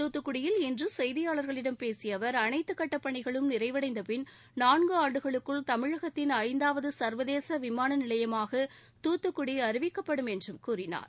தூத்துக்குடியில் இன்று செய்தியாளர்களிடம் பேசிய அவர் அனைத்து கட்டப் பணிகளும் நிறைவடைந்தபின் நான்கு ஆண்டுகளுக்குள் தமிழகத்தின் ஐந்தாவது சர்வதேச விமான நிலையமாக தூத்துக்குடி அறிவிக்கப்படும் என்றும் கூறினார்